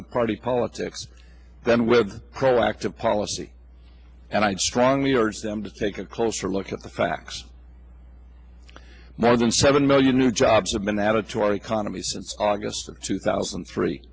with party politics than with proactive policy and i would strongly urge them to take a closer look at the facts more than seven million new jobs have been added to our economy since august of two thousand